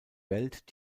welt